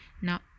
Now